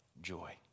joy